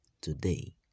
today